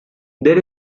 there